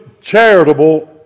charitable